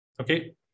Okay